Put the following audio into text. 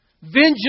Vengeance